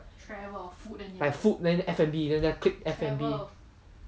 like food then F&B then click F&B